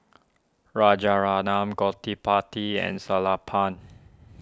Rajaratnam Gottipati and Sellapan